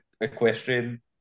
Equestrian